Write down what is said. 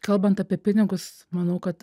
kalbant apie pinigus manau kad